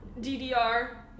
DDR